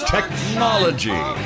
Technology